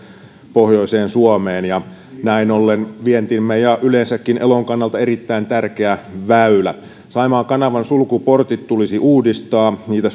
pohjoiseen suomeen ja se on näin ollen vientimme ja yleensäkin elon kannalta erittäin tärkeä väylä saimaan kanavan sulkuportit tulisi uudistaa niitä